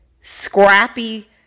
scrappy